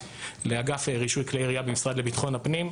לאגף רישוי כלי ירייה במשרד לביטחון הפנים.